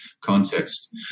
context